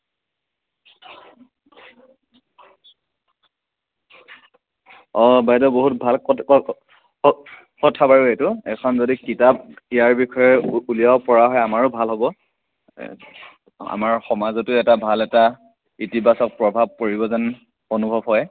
অ' বাইদ' বহুত ভাল কথা বাৰু এইটো এইখন যদি কিতাপ ইয়াৰ বিষয়ে উলিয়াব পৰা হয় আমাৰো ভাল হ'ব আমাৰ সমাজতো এটা ভাল এটা ইতিবাচক প্ৰভাৱ পৰিব যেন অনুভৱ হয়